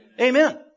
Amen